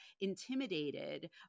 intimidated